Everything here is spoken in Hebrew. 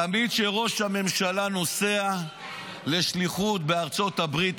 תמיד כשראש הממשלה נוסע לשליחות בארצות הברית,